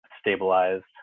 stabilized